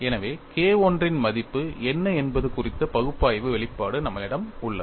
எனவே K I இன் மதிப்பு என்ன என்பது குறித்த பகுப்பாய்வு வெளிப்பாடு நம்மளிடம் உள்ளது